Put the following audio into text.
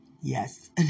Yes